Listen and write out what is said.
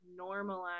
normalize